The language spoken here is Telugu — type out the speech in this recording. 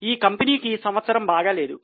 ఆ కంపెనీకి ఈ సంవత్సరము బాగాలేదు